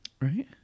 right